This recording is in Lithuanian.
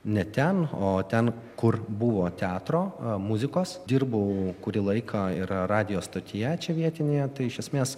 ne ten o ten kur buvo teatro muzikos dirbau kurį laiką ir radijo stotyje čia vietinėje tai iš esmės